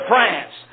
France